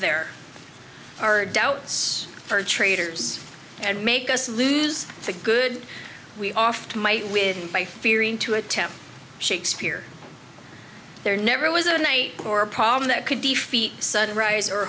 there are doubts for traders and make us lose the good we oft might win by fearing to attempt shakespeare there never was a night or a problem that could defeat sudden rise or